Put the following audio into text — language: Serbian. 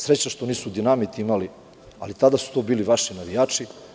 Sreća što nisu dinamit imali, ali tada su to bili vaši navijači.